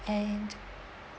and